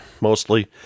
mostly